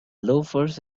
loafers